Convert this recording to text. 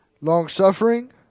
Long-suffering